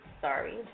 Sorry